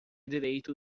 direitos